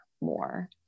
more